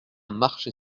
marcher